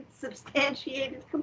substantiated